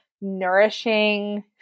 nourishing